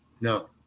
no